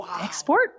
export